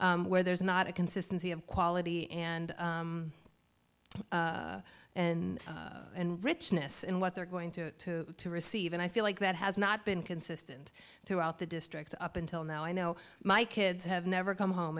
where there's not a consistency of quality and and richness in what they're going to receive and i feel like that has not been consistent throughout the district up until now i know my kids have never come home